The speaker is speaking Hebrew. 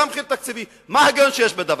גם מחיר תקציבי, מה ההיגיון שיש בדבר?